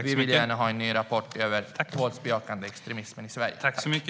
Vi vill gärna ha en ny rapport om den våldsbejakande extremismen i Sverige.